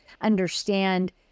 understand